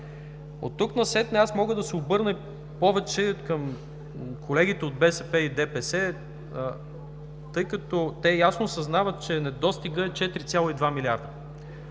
Оттук насетне мога да се обърна повече към колегите от БСП и ДПС, тъй като те ясно съзнават, че недостигът е 4,2 милиарда.